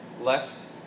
lest